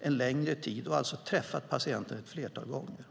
en längre tid och alltså träffat patienten ett flertal gånger.